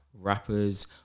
rappers